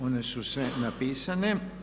One su sve napisane.